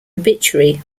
obituary